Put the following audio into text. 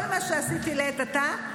כל מה שעשיתי לעת עתה,